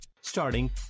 Starting